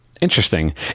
Interesting